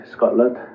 Scotland